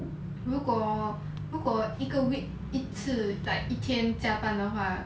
如果如果一个 week 一次 like 一天加班的话